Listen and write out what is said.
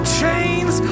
chains